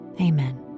Amen